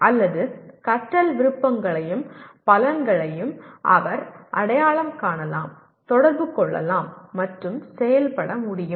அல்லது கற்றல் விருப்பங்களையும் பலங்களையும் அவர் அடையாளம் காணலாம் தொடர்பு கொள்ளலாம் மற்றும் செயல்பட முடியும்